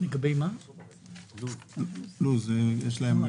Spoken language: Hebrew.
שזה לא ראוי ולא נכון.